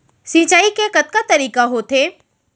सिंचाई के कतका तरीक़ा होथे?